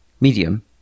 medium